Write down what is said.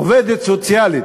'עובדת סוציאלית',